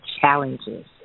challenges